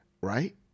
right